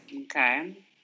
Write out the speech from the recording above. Okay